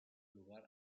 lugar